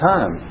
Time